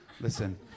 Listen